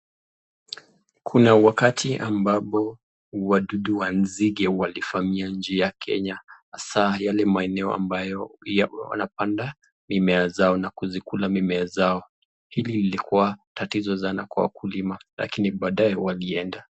Kuna wakati ambapo wadudu wa nzige walivamia nchi ya Kenya hasaa yale maeneo ambayo wanapanda mimea zao na kuzikuza mimea zao. Hili ilikuwa tatizo sana kwa wakulima lakini baadaye walienda.